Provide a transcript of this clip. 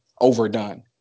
overdone